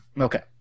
Okay